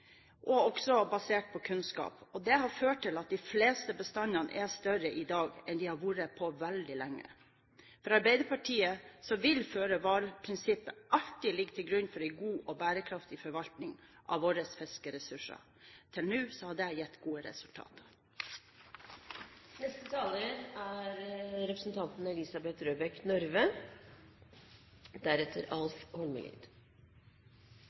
basert på kunnskap. Det har ført til at de fleste bestandene er større i dag enn de har vært på veldig lenge. For Arbeiderpartiet vil føre-var-prinsippet alltid ligge til grunn for en god og bærekraftig forvaltning av våre fiskeressurser. Til nå har det gitt gode resultater. Kysttorsken er en mindre del av fiskeressursene, men for de yrkesfiskerne som har fisket i fjordene våre, er